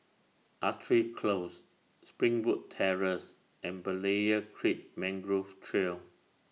Artillery Close Springwood Terrace and Berlayer Creek Mangrove Trail